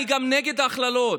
אני גם נגד הכללות.